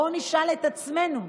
בואו נשאל את עצמנו: